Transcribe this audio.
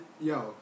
Yo